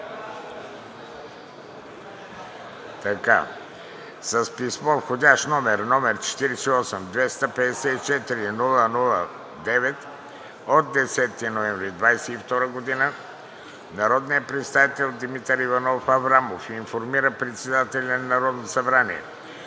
С писмо с вх. № 48-254-00-9 от 10 ноември 2022 г. народният представител Димитър Иванов Аврамов информира председателя на Народното събрание,